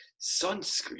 sunscreen